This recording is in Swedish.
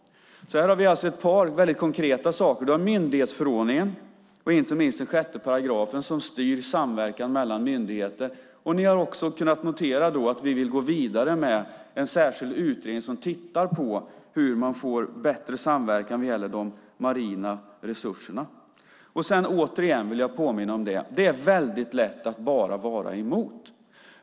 Här har vi alltså ett par väldigt konkreta saker. Vi har myndighetsförordningen, och inte minst 6 §, som styr samverkan mellan myndigheter. Ni har också kunnat notera att vi vill gå vidare med en särskild utredning som tittar på hur man får bättre samverkan när det gäller de marina resurserna. Sedan vill jag återigen påminna: Det är väldigt lätt att bara vara emot.